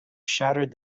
shattered